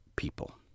people